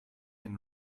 and